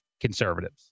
Conservatives